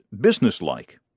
businesslike